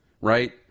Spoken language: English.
right